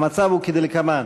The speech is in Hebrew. המצב הוא כדלקמן: